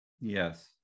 yes